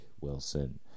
Wilson